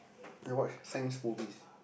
I watch science movies